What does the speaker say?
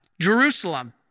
Jerusalem